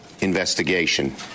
Investigation